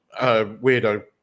Weirdo